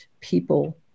people